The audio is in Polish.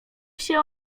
się